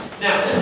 Now